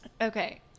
Okay